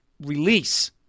release